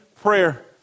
prayer